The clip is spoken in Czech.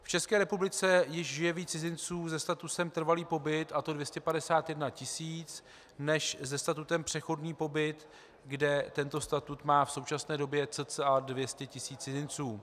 V České republice již žije více cizinců se statutem trvalý pobyt, a to 251 tisíc, než se statutem přechodný pobyt, kde tento statut má v současné době cca 200 tisíc cizinců.